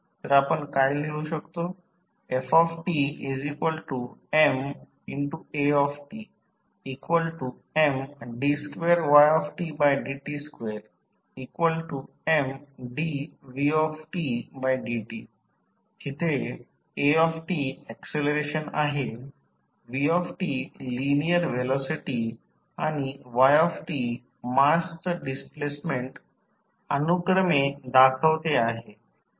तर आपण काय लिहू शकतो ftMatMd2ydt2Mdvdt aऍक्सलरेशन आहे vt लिनिअर व्हेलॉसिटी आणि yt मासचं डिस्प्लेसमेंट अनुक्रमे दाखवते आहे